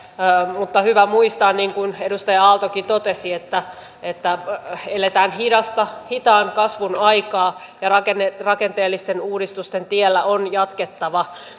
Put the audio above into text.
mutta hyvä muistaa niin kuin edustaja aaltokin totesi että että eletään hitaan kasvun aikaa ja rakenteellisten uudistusten tiellä on jatkettava